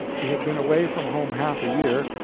he had been away from home half a year,